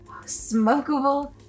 smokable